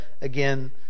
again